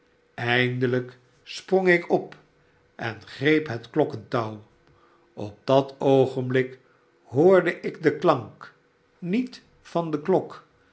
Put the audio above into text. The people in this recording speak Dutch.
eindelijk sprong ik op en greep het klokketouw op dat oogenblik hoorde ik den klank niet van die klok